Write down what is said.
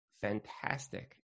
fantastic